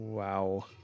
Wow